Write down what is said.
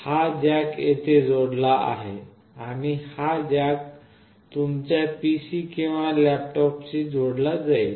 हा जॅक येथे जोडलेला आहे आणि हा जॅक तुमच्या पीसी किंवा लॅपटॉपशी जोडला जाईल